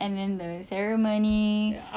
I was that girl